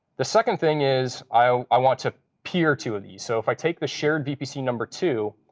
the second thing is i want to peer two of these. so if i take the shared vpc number two,